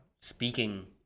speaking